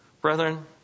Brethren